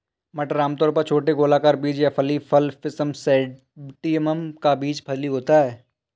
मटर आमतौर पर छोटे गोलाकार बीज या फली फल पिसम सैटिवम का बीज फली होता है